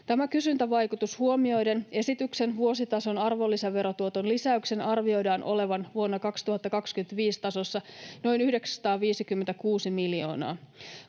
Tämä kysyntävaikutus huomioiden esityksen vuositason arvonlisäverotuoton lisäyksen arvioidaan olevan vuoden 2025 tasossa noin 956 miljoonaa.